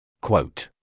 Quote